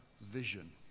vision